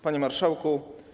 Panie Marszałku!